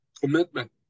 commitment